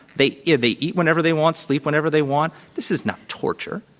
they yeah they eat whenever they want, sleep whenever they want. this is not torture.